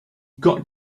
got